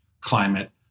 climate